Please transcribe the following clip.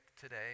today